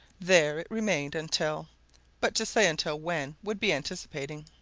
there it remained until but to say until when would be anticipating.